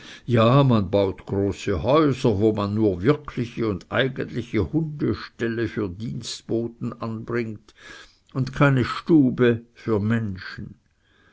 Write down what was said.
ja man baut große häuser wo man nur wirkliche und eigentliche hundeställe für dienstboten anbringt und keine stube für menschen